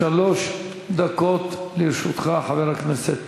שלוש דקות לרשותך, חבר הכנסת